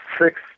six